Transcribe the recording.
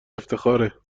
افتخاره